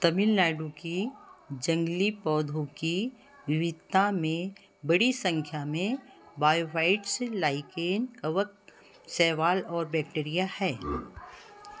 तमिल नाडु की जंगली पौधों की विविधता में बड़ी संख्या में बायोफ़ाइट्स लाइकेन कवक शैवाल और बैक्टीरिया हैं